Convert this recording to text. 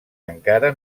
encara